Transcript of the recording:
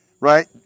Right